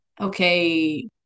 okay